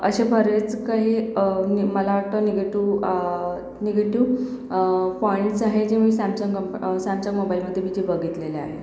असे बरेच काही नि मला वाटतं निगेटिव निगेटिव पॉईंट्स आहे जे मी सॅमसंग कंप सॅमसंग मोबाईलमध्ये मी ते बघितलेले आहे